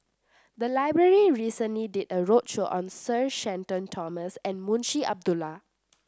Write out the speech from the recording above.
the library recently did a roadshow on Sir Shenton Thomas and Munshi Abdullah